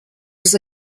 was